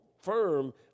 firm